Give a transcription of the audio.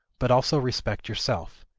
but also respect yourself.